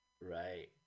Right